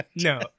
No